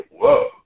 whoa